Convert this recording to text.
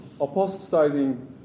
apostatizing